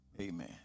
Amen